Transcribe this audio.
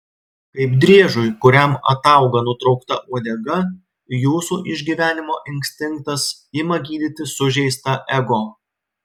kaip driežui kuriam atauga nutraukta uodega jūsų išgyvenimo instinktas ima gydyti sužeistą ego